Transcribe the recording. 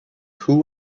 two